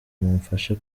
mumfashe